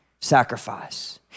sacrifice